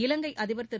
இலங்கைஅதிபர் திரு